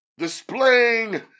displaying